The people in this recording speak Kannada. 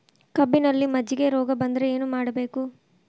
ಕಬ್ಬಿನಲ್ಲಿ ಮಜ್ಜಿಗೆ ರೋಗ ಬಂದರೆ ಏನು ಮಾಡಬೇಕು?